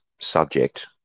subject